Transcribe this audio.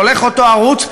הולך אותו ערוץ,